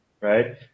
Right